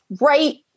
right